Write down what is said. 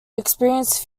experience